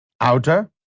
outer